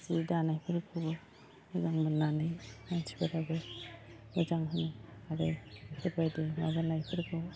सि दानायफोरखौबो मोजां मोननानै मानसिफोराबो मोजां मोनो आरो बेफोरबायदि माबानायफोरखौ